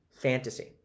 fantasy